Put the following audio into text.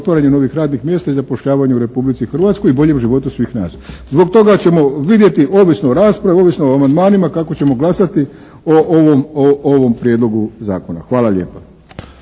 otvaranja novih radnih mjesta i zapošljavanju u Republici Hrvatskoj i boljem životu svih nas. Zbog toga ćemo vidjeti ovisno o raspravi, ovisno o amandmanima kako ćemo glasati o ovom prijedlogu zakona. Hvala lijepa.